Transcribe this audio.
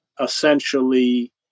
essentially